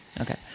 Okay